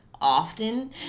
often